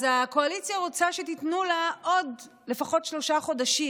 אז הקואליציה רוצה שתיתנו לה עוד לפחות שלושה חודשים.